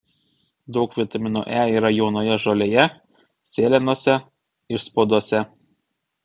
daug vitamino e yra jaunoje žolėje sėlenose išspaudose